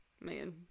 man